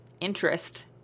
interest